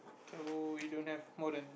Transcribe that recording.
so we don't have more than